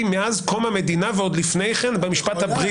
מאז קום המדינה ועוד לפני כן במשפט הבריטי.